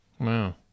wow